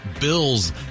bills